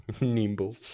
Nimble